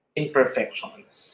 imperfections